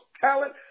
talent